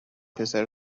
پسره